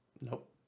Nope